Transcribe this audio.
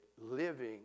living